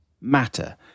matter